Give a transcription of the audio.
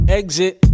exit